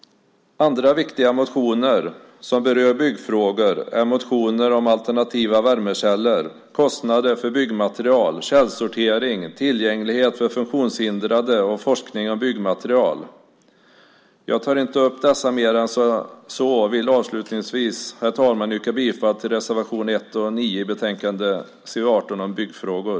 Andra viktiga motioner som berör byggfrågor är motioner om alternativa värmekällor, kostnader för byggmaterial, källsortering, tillgänglighet för funktionshindrade och forskning om byggmaterial. Jag tar inte upp dessa mer än så och vill avslutningsvis, herr talman, yrka bifall till reservation 1 och 9 i betänkande CU18 om byggfrågor.